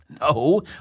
No